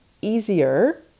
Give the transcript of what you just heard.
easier